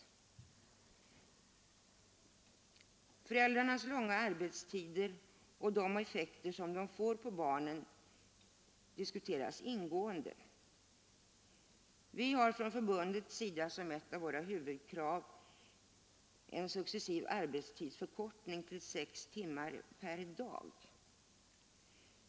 Föräldrarnas långa arbetstider och de effekter som de får på barnen diskuteras ingående. Vi har från förbundets sida som ett av våra huvudkrav en successiv arbetstidsförkortning till sex timmar per dag.